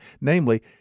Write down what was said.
Namely